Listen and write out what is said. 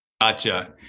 Gotcha